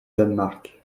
danemark